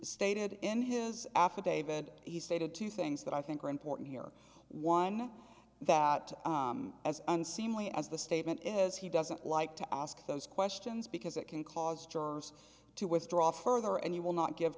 stated in his affidavit he stated two things that i think are important here one that as unseemly as the statement is he doesn't like to ask those questions because it can cause jurors to withdraw further and he will not give